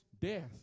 death